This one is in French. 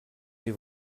les